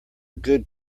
good